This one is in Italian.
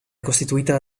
costituita